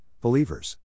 believers